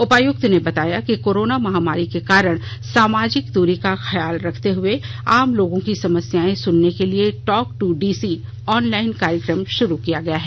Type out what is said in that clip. उपायुक्त ने बताया कि कोरोना महामारी के कारण सामाजिक द्री का ख्याल रखते हुए आम लोगों की समस्याएं सुनने के लिए टॉक टू डीसी ऑनलाइन कार्यक्रम शुरू किया गया है